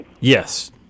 Yes